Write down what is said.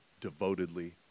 devotedly